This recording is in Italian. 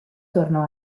tornò